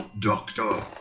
Doctor